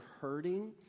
hurting